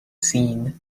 seen